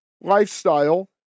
lifestyle